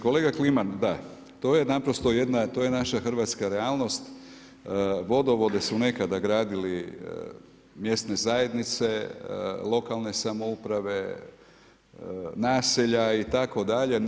Kolega Kliman, da to je naprosto jedna, to je naša hrvatska realnost, vodovode su nekada gradili mjesne zajednice, lokalne samouprave, naselja itd.